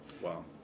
Wow